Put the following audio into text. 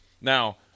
Now